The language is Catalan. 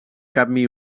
camí